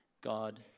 God